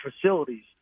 facilities